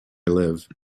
live